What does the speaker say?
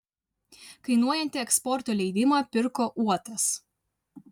kainuojantį eksporto leidimą pirko uotas